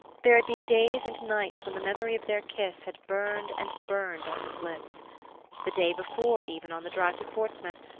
there had been days and nights when the memory of their kiss had burned and burned on his lips the day before even, on the drive to portsmouth,